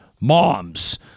moms